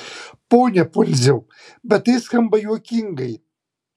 pone pundziau bet tai skamba juokingai